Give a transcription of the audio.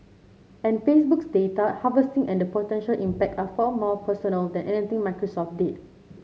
and Facebook's data harvesting and potential impact are far more personal than anything Microsoft did